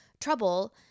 trouble